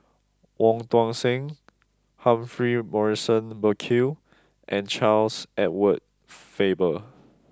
Wong Tuang Seng Humphrey Morrison Burkill and Charles Edward Faber